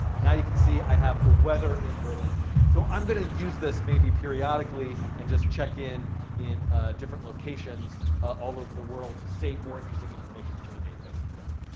now you can see i have the weather in berlin. so i'm going to use this maybe periodically, and just check in in different locations all over the world to save more interesting information to the database itself.